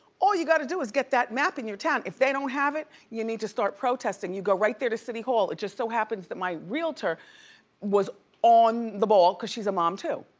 all you gotta do is get that map in your town. if they don't have it, you need to start protesting. you go right there to city hall. it just so happens that my realtor was on the ball cause she's a mom too.